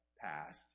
passed